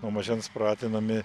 nuo mažens pratinami